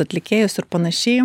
atlikėjus ir panašiai